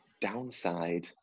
downside